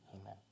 amen